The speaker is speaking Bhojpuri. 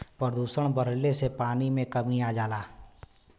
प्रदुषण बढ़ले से पानी में कमी आ जाला